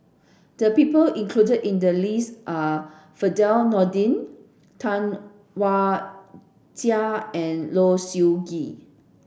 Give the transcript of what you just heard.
the people included in the list are Firdaus Nordin Tam Wai Jia and Low Siew Nghee